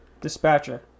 Dispatcher